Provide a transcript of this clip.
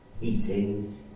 eating